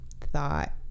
thought